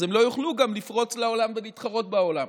אז הם לא יוכלו גם לפרוץ לעולם ולהתחרות בעולם.